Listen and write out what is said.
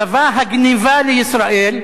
צבא הגנבה לישראל,